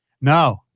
No